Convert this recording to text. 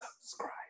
Subscribe